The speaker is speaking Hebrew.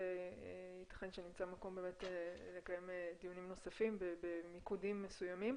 ייתכן שנמצא מקום לקיים דיונים נוספים במיקודים מסוימים.